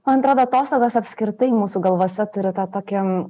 man atrodo atostogos apskritai mūsų galvose turi tą tokį